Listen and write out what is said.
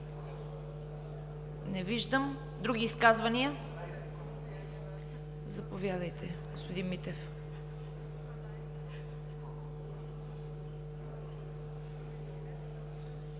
Не виждам. Други изказвания? Заповядайте, господин Митев.